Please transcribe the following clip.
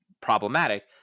problematic